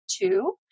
two